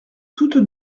toutes